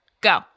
go